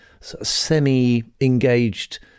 semi-engaged